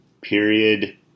period